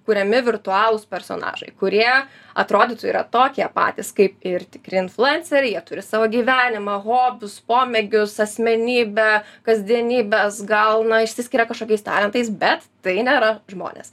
kuriami virtualūs personažai kurie atrodytų yra tokie patys kaip ir tikri influenceriai jie turi savo gyvenimą hobius pomėgius asmenybę kasdienybes gal išsiskiria kažkokiais talentais bet tai nėra žmonės